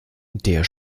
der